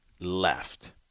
left